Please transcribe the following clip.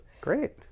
Great